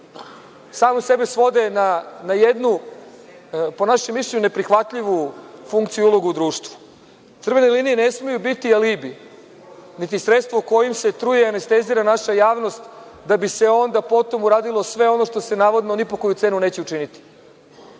same sebe svode na jednu, po našem mišljenju neprihvatljivu, funkciju i ulogu u društvu. Crvene linije ne smeju biti alibi, niti sredstvo kojim se truje i anestezira naša javnost, da bi se onda potom uradilo sve ono što se navodno ni po koju cenu neće učiniti. Godinama